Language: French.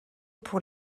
pour